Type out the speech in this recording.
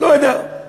לא יודע,